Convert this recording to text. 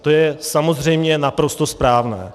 To je samozřejmě naprosto správné.